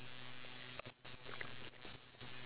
ya he's surrendering